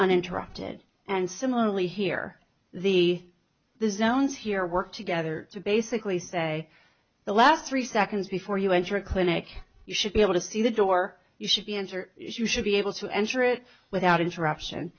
uninterrupted and similarly here the zones here work together to basically say the last three seconds before you enter a clinic you should be able to see the door you should be answered you should be able to enter it without interruption